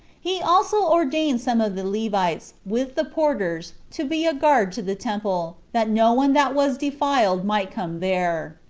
he also ordained some of the levites, with the porters, to be a guard to the temple, that no one that was defiled might come there.